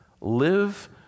Live